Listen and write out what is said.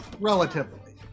relatively